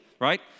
right